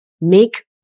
make